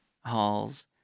Halls